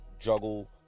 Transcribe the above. juggle